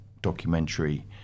Documentary